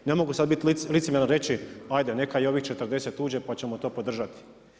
Ne mogu sad biti licemjeran reći ajde neka i ovih 40 uđe pa ćemo to podržati.